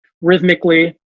rhythmically